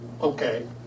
okay